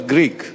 Greek